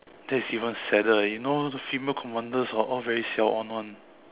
that's even sadder you know those female commanders are all very siao on [one]